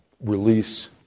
release